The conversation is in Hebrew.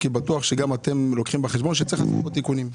כי בטוח שגם אתם לוקחים בחשבון שצריך פה תיקונים.